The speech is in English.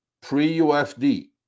pre-UFD